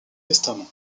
testament